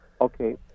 Okay